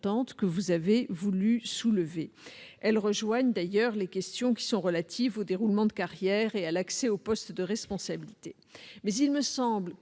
que vous avez voulu soulever. Elles rejoignent d'ailleurs les questions relatives au déroulement de carrière et à l'accès aux postes de responsabilité. Toutefois,